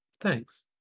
thanks